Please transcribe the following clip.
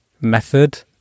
method